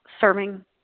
serving